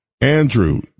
Andrew